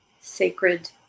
sacred